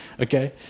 Okay